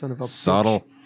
Subtle